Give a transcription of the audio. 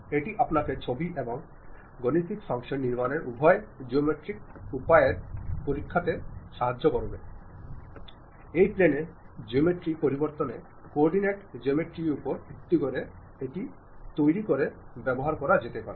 এটি আপনাকে ছবি এবং গাণিতিক ফাংশন নির্মাণের উভয় জিওমেট্রিক উপায়ের পরিপ্রেক্ষিতে একটি অভিজ্ঞতা দেয় যা প্লেন জিওমেট্রি পরিবর্তে কোর্ডিনেট জিওমেট্রি উপর ভিত্তি করে তৈরি করতে ব্যবহার করা যেতে পারে